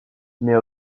mais